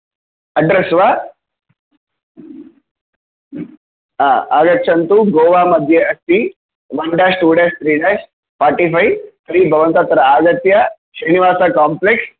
address वा आ आगच्छन्तु गोवा मध्ये अस्ति one dash two dash three dash forty five तर्हि भवन्तः अत्र आगत्य श्रीनिवास काम्प्लेक्स्